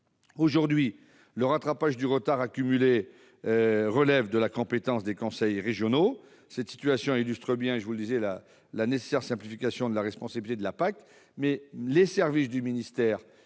Aujourd'hui, le rattrapage du retard accumulé relève de la compétence des conseils régionaux. Cette situation illustre bien la nécessaire simplification des responsabilités pour la future PAC. Les services du ministère,